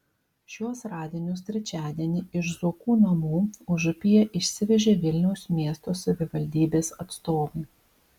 šiuos radinius trečiadienį iš zuokų namų užupyje išsivežė vilniaus miesto savivaldybės atstovai